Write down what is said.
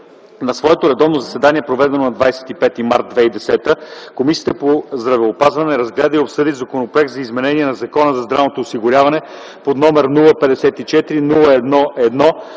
На своето редовно заседание, проведено на 25 март 2010 г., Комисията по здравеопазването разгледа и обсъди Законопроект за изменение на Закона за здравното осигуряване, № 054-01-1,